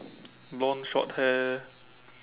blonde short hair